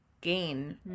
gain